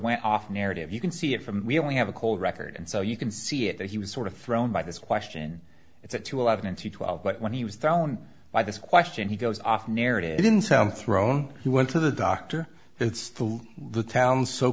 went off narrative you can see it from we only have a cold record so you can see it that he was sort of thrown by this question it's up to a lot of nine to twelve but when he was thrown by this question he goes off narrative didn't sound thrown he went to the doctor it's still the town so